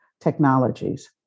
technologies